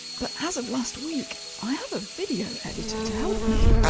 but as of last week, i have a video editor to help me.